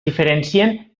diferencien